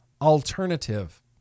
alternative